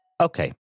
Okay